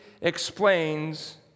explains